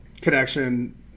connection